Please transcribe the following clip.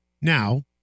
now